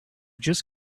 just